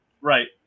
Right